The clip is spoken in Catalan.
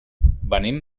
venim